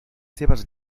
seves